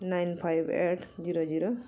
nine five eight zero zero